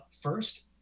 first